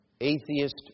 atheist